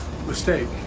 Mistake